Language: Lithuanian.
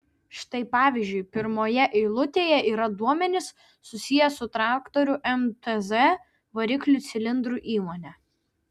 štai pavyzdžiui pirmoje eilutėje yra duomenys susiję su traktorių mtz variklių cilindrų įmone